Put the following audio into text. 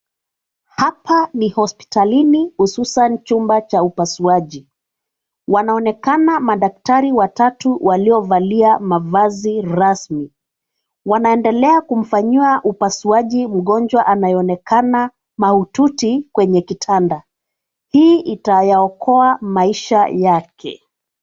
Hapa ni hospitalini hususan chumba cha upasuaji. Wanaonekana madaktai watatu waliovalia mavazi rasmi. Wanaendelea kumfanyia upasuaji mgonjwa anayeonekana mahututi kwenye kitanda. Hii itayaokoa maisha yake.